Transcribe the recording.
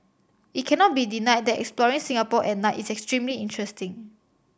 it cannot be denied that exploring Singapore at night is extremely interesting